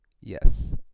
Yes